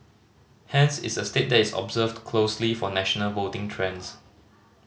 hence it's a state that is observed closely for national voting trends